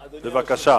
בבקשה.